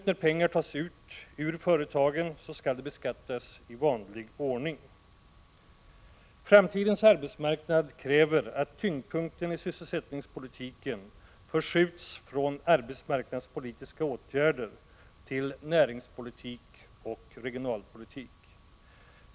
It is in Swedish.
När pengar tas ut ur företagen skall de däremot beskattas i vanlig ordning. Framtidens arbetsmarknad kräver att tyngdpunkten i sysselsättningspolitiken förskjuts från arbetsmarknadspolitiska åtgärder till näringspolitik och regionalpolitik.